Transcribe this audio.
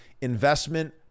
investment